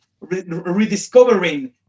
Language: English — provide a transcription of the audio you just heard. rediscovering